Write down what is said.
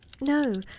No